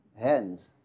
hands